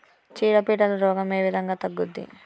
చీడ పీడల రోగం ఏ విధంగా తగ్గుద్ది?